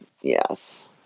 yes